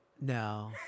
No